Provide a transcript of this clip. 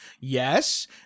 yes